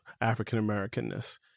african-americanness